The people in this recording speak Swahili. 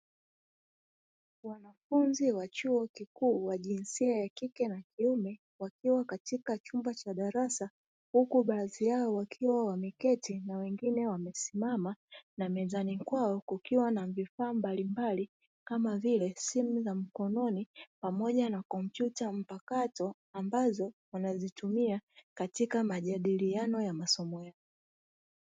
Wanafunzi wa chuo kikuu wa jinsia ya kike na kiume wakiwa katika chumba cha darasa, huku baadhi yao wakiwa wameketi na wengine wamesimama na mezani kwao kukiwa na vifaa mbalimbali kama vile simu za mkononi pamoja na kompyuta mpakato, ambazo wanazitumia katika majadiliano ya masomo yao.